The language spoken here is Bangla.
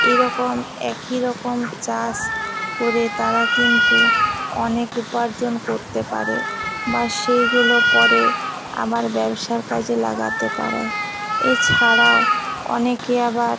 এরকম একই রকম চাষ করে তারা কিন্তু অনেক উপার্জন করতে পারে বা সেইগুলো পরে আমার ব্যবসার কাজে লাগাতে পারে এছাড়াও অনেকে আবার